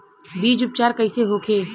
बीज उपचार कइसे होखे?